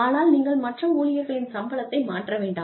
ஆனால் நீங்கள் மற்ற ஊழியர்களின் சம்பளத்தை மாற்ற வேண்டாம்